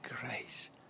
grace